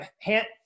hand